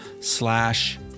slash